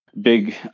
big